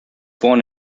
born